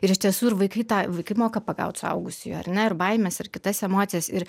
ir iš tiesų ir vaikai tą vaikai moka pagaut suaugusiųjų ar ne ir baimes ir kitas emocijas ir